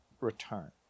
return